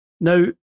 Now